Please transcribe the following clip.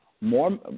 more